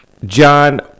John